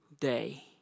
day